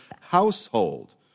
household